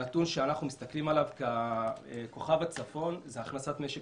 הנתון שאנחנו מסתכלים עליו ככוכב הצפון הוא הכנסת משק